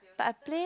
but I play